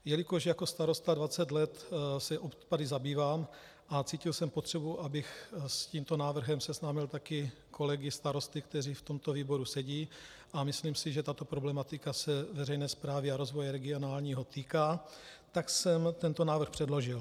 Jelikož jako starosta 20 let se odpady zabývám, cítil jsem potřebu, abych s tímto návrhem seznámil také kolegy starosty, kteří v tomto výboru sedí, a myslím si, že tato problematika se veřejné správy a rozvoje regionálního týká, tak jsem tento návrh předložil.